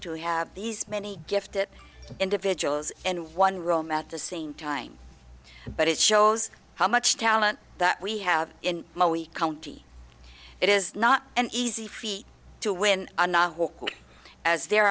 to have these many gifted individuals in one room at the same time but it shows how much talent that we have in my county it is not an easy feat to win and not walk as there